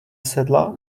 sedla